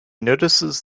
notices